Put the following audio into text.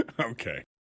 Okay